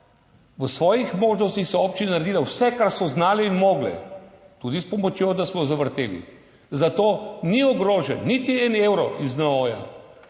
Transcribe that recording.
svojih možnostih so občine naredile vse, kar so znale in zmogle, tudi s pomočjo, da smo zavrteli. Zato ni ogrožen niti en evro iz